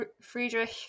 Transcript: Friedrich